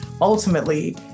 ultimately